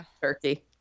turkey